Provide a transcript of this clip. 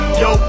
yo